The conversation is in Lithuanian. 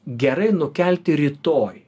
gerai nukelti rytoj